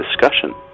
discussion